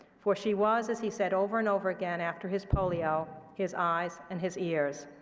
for she was, as he said over and over again after his polio, his eyes and his ears.